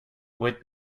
would